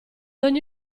ogni